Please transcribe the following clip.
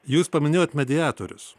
jūs paminėjot mediatorius